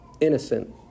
innocent